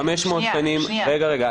תתייחס לסוגיה -- רגע,